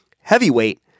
Heavyweight